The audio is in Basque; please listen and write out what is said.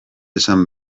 esan